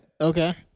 okay